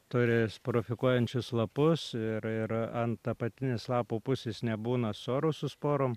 turi sporafikuojančius lapus ir ir ant apatinės lapo pusės nebūna sorų su sporom